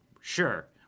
Sure